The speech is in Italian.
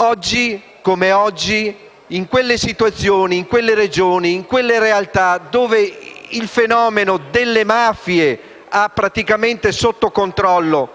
Oggi come oggi, in quelle situazioni, in quelle regioni, in quelle realtà dove il fenomeno delle mafie ha praticamente sotto controllo